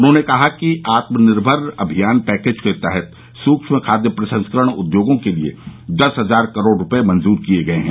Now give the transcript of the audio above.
उन्होंने कहा कि आत्मनिर्भर अभियान पैकेज के तहत सूक्ष्म खाद्य प्रसंस्करण उद्योगों के लिए दस हजार करोड़ रूपये मंजूर किए गए हैं